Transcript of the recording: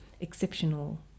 exceptional